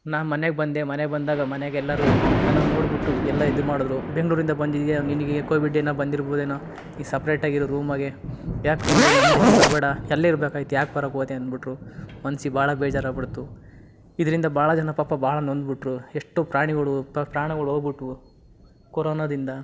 ನಾನು ಮನೆಗೆ ಬಂದೆ ಮನೆಗೆ ಬಂದಾಗ ಮನೆಗೆಲ್ಲರೂ ನನ್ನನ್ನು ನೋಡ್ಬಿಟ್ಟು ಸು ಎಲ್ಲ ಇದು ಮಾಡಿದ್ರು ಬೆಂಗಳೂರಿಂದ ಬಂದಿದ್ದೀಯ ನಿನಗೆ ಕೋವಿಡ್ ಏನೋ ಬಂದಿರ್ಬೋದೇನೋ ನೀನು ಸಪ್ರೇಟಾಗಿರು ರೂಮಗೇ ಯಾಕೆ ಇಲ್ಲಿ ನಮ್ಮ ಜೊತೆಗ್ ಬರಬೇಡ ಅಲ್ಲೇ ಇರ್ಬೇಕಾಗಿತ್ತು ಯಾಕೆ ಬರೋಕ್ಕೋದೆ ಅಂದ್ಬಿಟ್ರು ಮನ್ಸಿಗೆ ಭಾಳ ಬೇಜಾರು ಆಗ್ಬಿಡ್ತು ಇದರಿಂದ ಭಾಳ ಜನ ಪಾಪ ಭಾಳ ನೊಂದ್ಬಿಟ್ರು ಎಷ್ಟೋ ಪ್ರಾಣಿಗಳು ಪ್ರಾಣಗಳು ಹೋಗ್ಬಿಟ್ವು ಕೊರೋನಾದಿಂದ